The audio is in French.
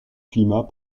climat